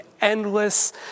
endless